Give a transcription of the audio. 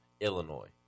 Illinois